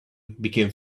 became